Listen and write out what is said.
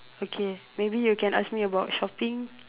okay maybe you can ask me about shopping